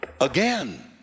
again